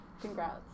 Congrats